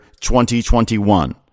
2021